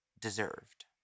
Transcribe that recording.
deserved